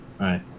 right